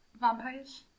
Vampires